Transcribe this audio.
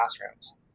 classrooms